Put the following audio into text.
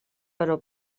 però